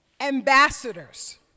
ambassadors